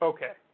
Okay